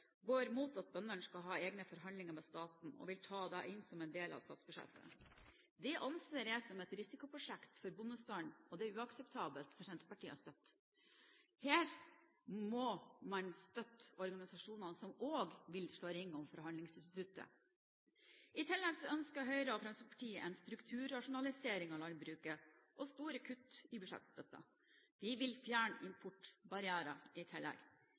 går imot at bøndene skal ha egne forhandlinger med staten, og vil ta det inn som en del av statsbudsjettet. Det anser jeg som et risikoprosjekt for bondestanden, og det er uakseptabelt for Senterpartiet å støtte det. Her må man støtte organisasjonene, som også vil slå ring om forhandlingsinstituttet. I tillegg ønsker Høyre og Fremskrittspartiet en strukturrasjonalisering av landbruket og store kutt i budsjettstøtten. De vil i tillegg fjerne importbarrierer.